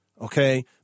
Okay